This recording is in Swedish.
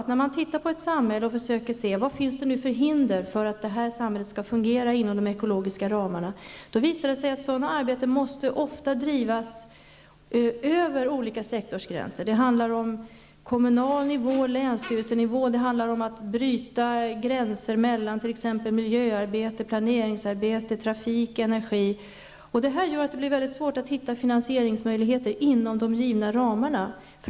När man studerar vilka hinder som finns för att ett samhälle skall fungera inom de ekologiska ramarna visar det sig att sådant arbete ofta måste bedrivas över olika sektorsgränser. Det handlar om kommunal nivå, länsstyrelser, om att bryta gränser mellan t.ex. miljöarbete, planeringsarbete, trafik och energi, osv. Allt detta gör att det blir svårt att hitta finansieringsmöjligheter inom de givna ramarna.